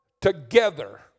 together